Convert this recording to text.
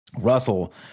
russell